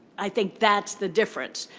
i think that's the difference.